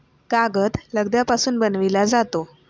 कागद लगद्यापासून बनविला जातो